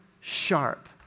sharp